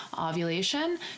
ovulation